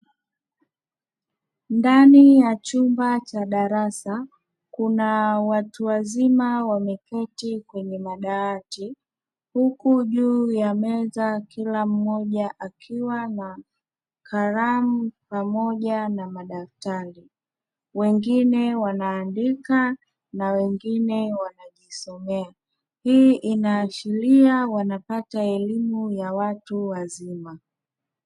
Ndani ya chumba cha darasa kuna watu wazima wameketi kwenye madawati, huku juu ya meza kila mmoja akiwa na kalamu pamoja na madaftari wengine wanaandika na wengine wanajisomea. Hii inaashiria wanapata elimu ya watu wazima.